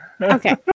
Okay